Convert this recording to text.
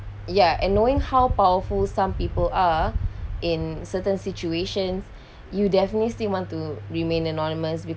ya and knowing how powerful some people are in certain situations you definitely still want to remain anonymous